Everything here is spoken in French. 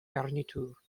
garniture